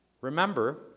Remember